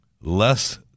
less